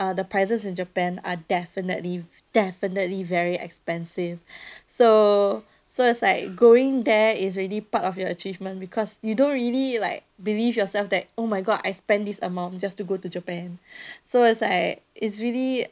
uh the prices in japan are definitely definitely very expensive so so it's like going there is already part of your achievement because you don't really like believe yourself that oh my god I spend this amount just to go to japan so it's like is really